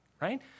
right